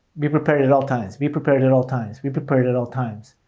be prepared at all times. be prepared at all times. be prepared at all times.